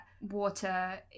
water